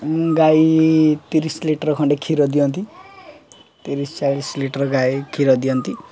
ଗାଈ ତିରିଶ ଲିଟର ଖଣ୍ଡେ କ୍ଷୀର ଦିଅନ୍ତି ତିରିଶ ଚାଳିଶ ଲିଟର ଗାଈ କ୍ଷୀର ଦିଅନ୍ତି